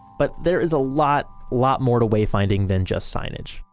but there is a lot, lot more to wayfinding than just signage.